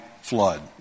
flood